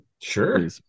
Sure